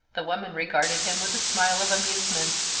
the woman regarded him with a smile of amusement.